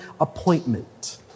appointment